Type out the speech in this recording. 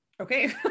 Okay